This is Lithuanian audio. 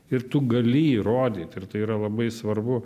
ir tu gali įrodyt ir tai yra labai svarbu